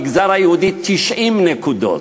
במגזר היהודי, 90 נקודות.